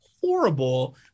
horrible